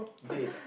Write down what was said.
date ah